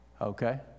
Okay